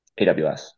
AWS